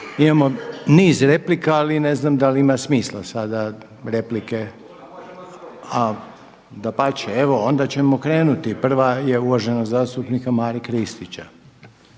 Imao niz replika ali ne znam da li ima smisla sada replike? …/Upadica se ne čuje./… Dapače, evo onda ćemo krenuti, prva je uvaženog zastupnika Mare Kristića.